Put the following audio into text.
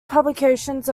publications